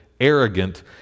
arrogant